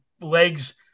legs